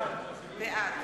בעד